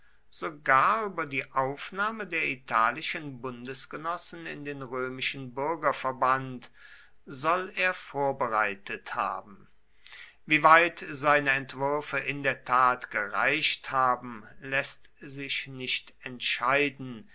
sogar über die aufnahme der italischen bundesgenossen in den römischen bürgerverband soll er vorbereitet haben wie weit seine entwürfe in der tat gereicht haben läßt sich nicht entscheiden